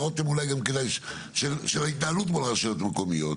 של התנהלות מול רשויות מקומיות,